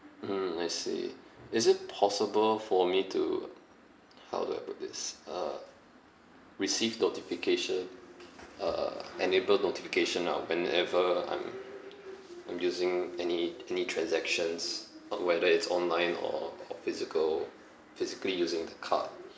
mm I see is it possible for me to how do I put this uh receive notification uh uh enable notification ah whenever I'm I'm using any any transactions um whether it's online or or physical physically using the card